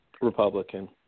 Republican